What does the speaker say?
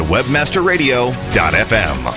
WebmasterRadio.fm